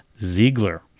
Ziegler